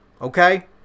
Okay